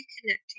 connecting